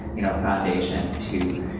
you know, foundation to, you